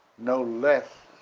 no less